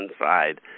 inside